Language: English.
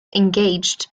engaged